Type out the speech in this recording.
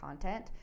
content